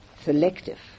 Selective